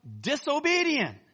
disobedient